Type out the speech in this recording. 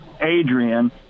Adrian